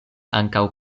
ankaŭ